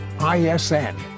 ISN